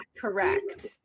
correct